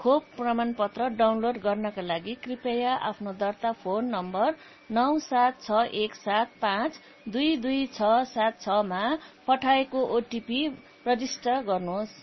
खोप प्रमाणपत्र डाउनलोड गर्नाका लागि कृपया आफ्नो दर्ता फोन नम्बर नौ सात छ एक सात पाँच दुई दुई छ सात छमा पठाइएको ओटिपी प्रविष्ट गर्नुहोस्